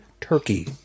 Turkey